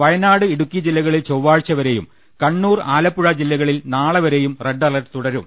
വയനാട് ഇടുക്കി ജില്ലകളിൽ ചൊവ്വാഴ്ച വരെയും കണ്ണൂർ ആലപ്പുഴ ജില്ലകളിൽ നാളെവരെയും റെഡ് അലർട്ട് തുട രും